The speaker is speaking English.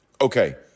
Okay